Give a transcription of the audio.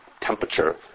temperature